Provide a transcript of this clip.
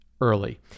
early